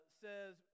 says